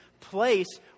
place